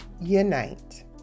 Unite